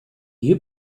you